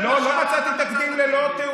בניגוד למה שאמרת, לא, לא מצאתי תקדים ללא תיעוד.